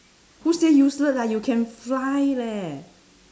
who say useless ah you can fly leh